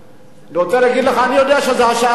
אני רוצה להגיד לך, אני יודע שזו שעה מאוחרת.